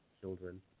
children